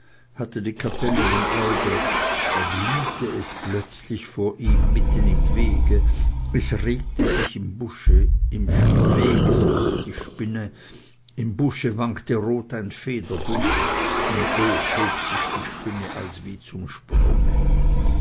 hatte die kapelle im auge da glühte es plötzlich vor ihm mitten im wege es regte sich im busche im wege saß die spinne im busche wankte rot ein federbusch und hoch hob sich die spinne alswie zum sprunge